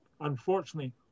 unfortunately